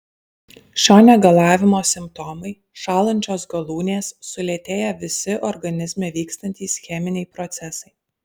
šio negalavimo simptomai šąlančios galūnės sulėtėję visi organizme vykstantys cheminiai procesai